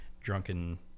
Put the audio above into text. drunken